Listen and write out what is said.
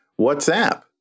WhatsApp